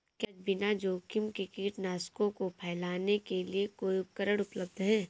क्या बिना जोखिम के कीटनाशकों को फैलाने के लिए कोई उपकरण उपलब्ध है?